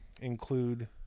include